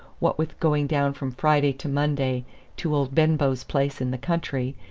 what with going down from friday to monday to old benbow's place in the country,